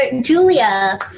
Julia